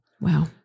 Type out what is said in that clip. Wow